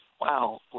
wow